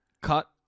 cut